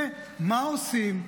ומה עושים?